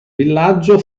villaggio